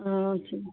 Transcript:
अच्छा